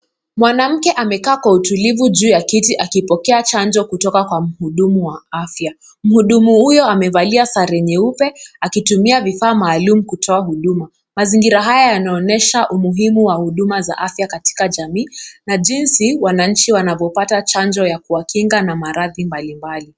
Mwanamke amekaa kwa utulivu juu ya kiti akipokea chanjo kutoa kwa hudumu wa afya, mhudumu huyo amevalia sare nyeupe akitumia kifaa maalum kutoa huduma, mazingira haya yanaonyesha umuhimu wa huduma za afya katika jamii na jinsi wananchi wanavyopata chanjo ya kuwa kinga na maradhi mbali mbali.